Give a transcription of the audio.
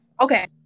Okay